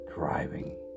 driving